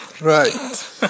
Right